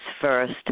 first